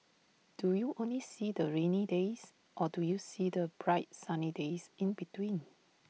do you only see the rainy days or do you see the bright sunny days in between